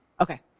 Okay